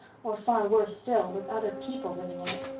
or far worse still, with other people living in it.